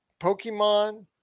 Pokemon